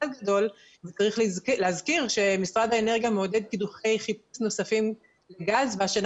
צריך להזכיר שמשרד האנרגיה מעודד קידוחי חיפוש נוספים של גז והשנה